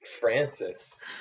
Francis